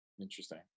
Interesting